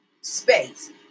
space